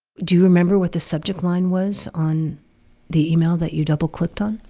do you remember what the subject line was on the email that you double-clicked on?